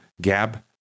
Gab